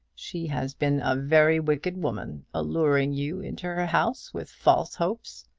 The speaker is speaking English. she has been a very wicked woman, alluring you into her house with false hopes.